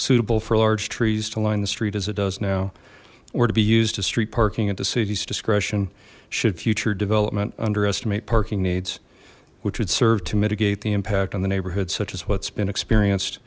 suitable for large trees to line the street as it does now or to be used as street parking at the city's discretion should future development underestimate parking needs which would serve to mitigate the impact on the neighborhoods such as what's been experienced